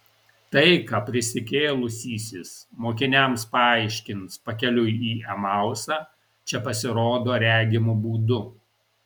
tai ką prisikėlusysis mokiniams paaiškins pakeliui į emausą čia pasirodo regimu būdu